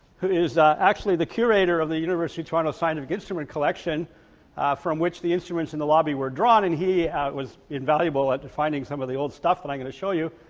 who is actually the curator of the university of toronto scientific instrument collection from which the instruments in the lobby were drawn, and he was invaluable at defining some of the old stuff that i'm going to show you,